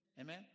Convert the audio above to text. Amen